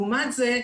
לעומת זה,